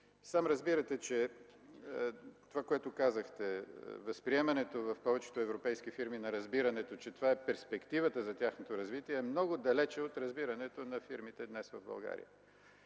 Сам разбирате, че това, което казахте – възприемането в повечето европейски фирми на разбирането, че това е перспективата за тяхното развитие, е много далеч от разбирането на фирмите в България